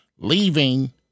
leaving